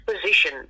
position